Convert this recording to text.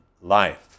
life